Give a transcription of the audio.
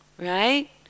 Right